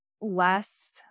less